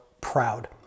proud